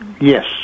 Yes